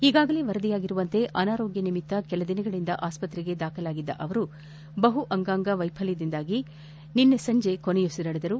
ಈಗಾಗಲೇ ವರದಿಯಾಗಿರುವಂತೆ ಅನಾರೋಗ್ಯ ನಿಮಿತ್ತ ಕೆಲದಿನಗಳಂದ ಆಸ್ವತ್ರೆಗೆ ದಾಖಲಾಗಿದ್ದ ಅವರು ಬಹು ಅಂಗಾಂಗ ವೈಫಲ್ಡದಿಂದಾಗಿ ನಿನ್ನೆ ಸಂಜೆ ಕೊನೆಯುಸಿರೆಳೆದರು